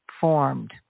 formed